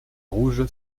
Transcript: rouge